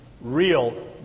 real